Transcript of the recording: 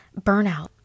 burnout